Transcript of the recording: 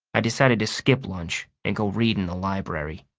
i decided to skip lunch and go read in the library.